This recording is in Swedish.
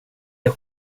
jag